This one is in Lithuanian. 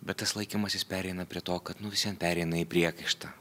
bet tas laikymasis pereina prie to kad nu vis vien pereina į priekaištą